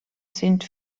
sind